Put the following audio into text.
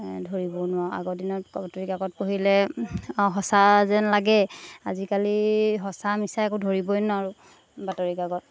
ধৰিবও নোৱাৰোঁ আগৰ দিনত বাতৰি কাকত পঢ়িলে সঁচা যেন লাগে আজিকালি সঁচা মিছা একো ধৰিবই নোৱাৰোঁ বাতৰি কাকত